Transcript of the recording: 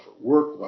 work